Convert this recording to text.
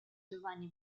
giovanni